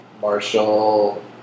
Marshall